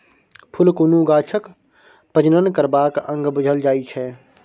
फुल कुनु गाछक प्रजनन करबाक अंग बुझल जाइ छै